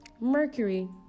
Mercury